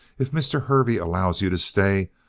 if mr. hervey allows you to stay,